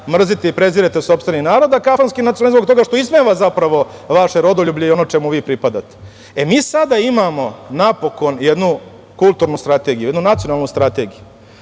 mrzite i prezirete sopstveni narod, a kafanski nacionalizam zbog toga što ismeva, zapravo, vaše rodoljublje i ono čemu vi pripadate. Mi sada imamo napokon jednu kulturnu strategiju, jednu nacionalnu strategiju.